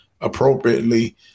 appropriately